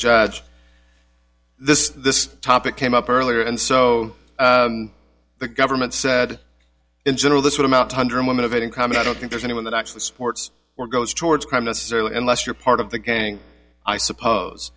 judge this this topic came up earlier and so the government said in general this would amount two hundred women of income and i don't think there's anyone that actually supports or goes towards crime necessarily unless you're part of the gang i suppose